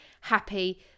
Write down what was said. happy